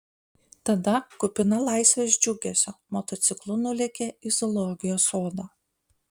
tada kupina laisvės džiugesio motociklu nulėkė į zoologijos sodą